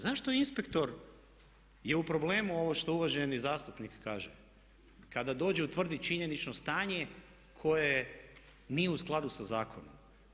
Zašto inspektor je u problemu ovo što uvaženi zastupnik kaže kada dođe utvrdit činjenično stanje koje nije u skladu sa zakonom.